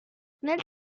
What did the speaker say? nel